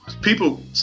people